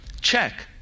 Check